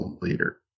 leader